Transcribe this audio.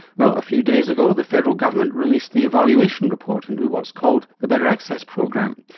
well a few days ago the federal government released the evaluation report into what's called the better access program.